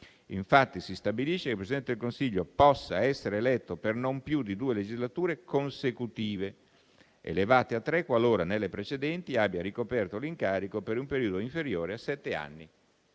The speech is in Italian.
Infatti si stabilisce che il Presidente del Consiglio possa essere eletto per non più di due legislature consecutive, elevate a tre qualora nelle precedenti abbia ricoperto l'incarico per un periodo inferiore a sette anni